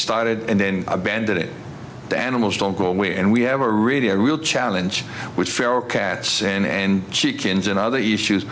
started and then abandoned it to animals don't go away and we have a really a real challenge with feral cats and chickens and other issues